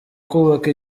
kubaka